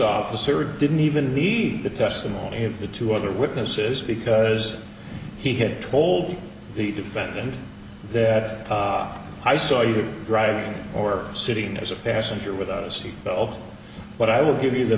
officer didn't even leave the testimony of the two other witnesses because he had told the defendant that i saw you driving or sitting as a passenger without a seatbelt but i will give you the